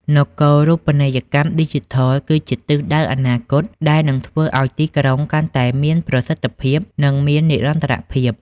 នគរូបនីយកម្មឌីជីថល គឺជាទិសដៅអនាគតដែលនឹងធ្វើឱ្យទីក្រុងកាន់តែមានប្រសិទ្ធភាព និងមាននិរន្តរភាព។